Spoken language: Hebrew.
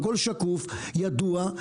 הכול שקוף וידוע,